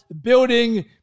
building